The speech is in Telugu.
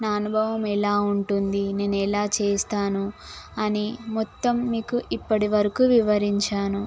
నా అనుభవం ఎలా ఉంటుంది నేను ఎలా చేస్తాను అని మొత్తం మీకు ఇప్పటివరకు వివరించాను